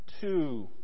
two